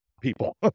people